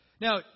Now